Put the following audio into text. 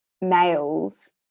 males